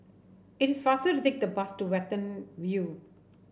it is faster to take the bus to Watten View